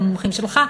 את המומחים שלך,